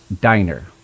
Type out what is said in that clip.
diner